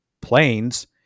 planes